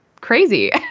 crazy